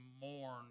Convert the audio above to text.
mourn